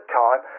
time